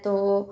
তো